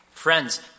Friends